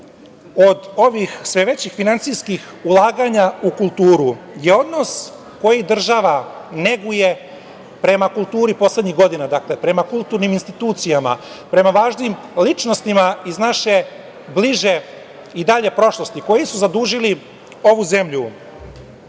od ovih sve većih finansijskih ulaganja u kulturu, je odnos koji država neguje prema kulturi poslednjih godina, prema kulturnim institucijama, prema važnim ličnostima iz naše bliže i dalje prošlosti koji su zadužili ovu zemlju.